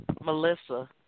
Melissa